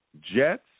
Jets